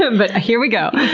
ah but here we go.